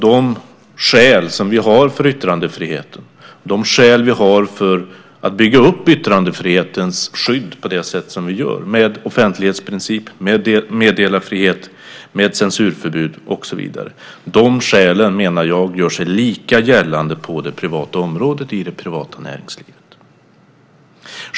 De skäl som vi har för yttrandefriheten och för att bygga upp yttrandefrihetens skydd på det sätt som vi gör med offentlighetsprincip, med meddelarfrihet, med censurförbud och så vidare gör sig, menar jag, lika gällande på det privata området och i det privata näringslivet.